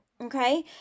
okay